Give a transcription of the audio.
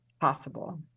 possible